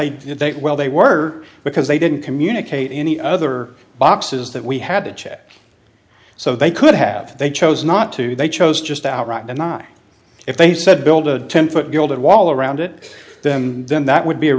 they well they were because they didn't communicate any other boxes that we had to check so they could have they chose not to they chose just outright and i if they said build a ten foot gilded wall around it then then that would be a